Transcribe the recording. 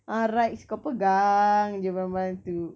ah rides kau pegang jer barang-barang tu